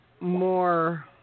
more